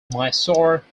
mysore